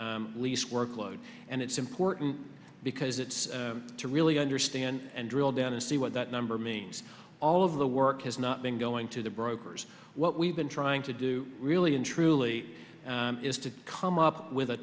lease workload and it's important because it's to really understand and drill down and see what that number means all of the work has not been going to the brokers what we've been trying to do really and truly is to come up with a